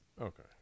Okay